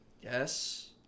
Yes